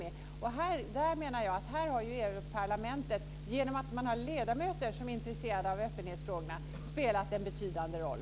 Det är här jag menar att EU-parlamentet, genom att ha ledamöter som är intresserade av öppenhetsfrågorna, har spelat en betydande roll.